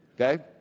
Okay